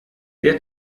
der